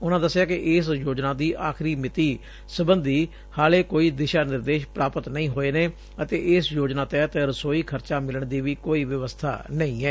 ਉਨ਼ਾਂ ਦੱਸਿਆ ਕਿ ਇਸ ਯੋਜਨਾ ਦੀ ਆਖਰੀ ਮਿਤੀ ਸਬੰਧੀ ਹਾਲੇ ਕੋਈ ਦਿਸ਼ਾ ਨਿਰਦੇਸ਼ ਪ੍ਰਾਪਤ ਨਹੀ ਹੋਏ ਨੇ ਅਤੇ ਇਸ ਯੋਜਨਾ ਤਹਿਤ ਰਸੋਈ ਖਰਚਾ ਮਿਲਣ ਦੀ ਵੀ ਕੋਈ ਵਿਵਸਬਾ ਨਹੀ ਏ